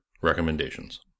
Recommendations